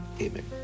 Amen